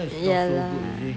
yeah lah